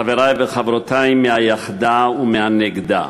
חברי וחברותי מהיחדה ומהנגדה,